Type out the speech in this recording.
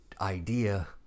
idea